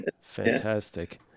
fantastic